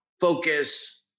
focus